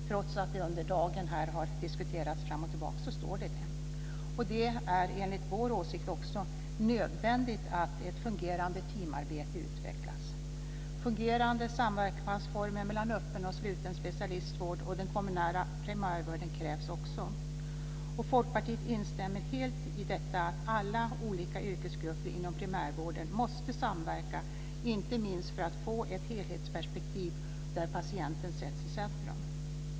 Trots att detta under dagen har diskuterats fram och tillbaka är det vad som står. Det är enligt vår åsikt också nödvändigt att ett fungerande teamarbete utvecklas. Fungerande samverkansformer mellan öppen och sluten specialistvård och den kommunala primärvården krävs också. Folkpartiet instämmer helt i att alla olika yrkesgrupper inom primärvården måste samverka, inte minst för att få ett helhetsperspektiv där patienten sätts i centrum.